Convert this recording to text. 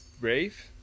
brave